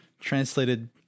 Translated